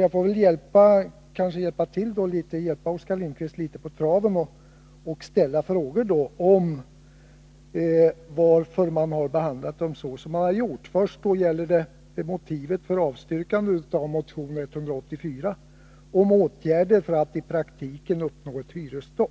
Jag får kanske hjälpa honom litet på traven och ställa frågor om varför man har behandlat vpk-förslagen som man har gjort. Först gäller det motivet för avstyrkande av motion 184 om åtgärder för att i praktiken uppnå ett hyresstopp.